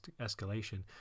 escalation